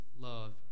love